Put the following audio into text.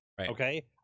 Okay